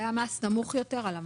היה מס נמוך יותר על המלאי.